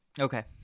Okay